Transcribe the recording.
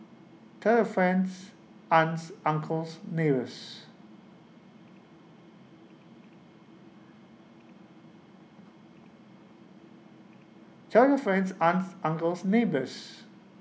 tell your friends aunts uncles neighbours tell your friends aunts uncles neighbours